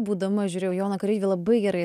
būdama žiūrėjau į joną kareivį labai gerai